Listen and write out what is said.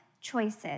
choices